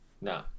No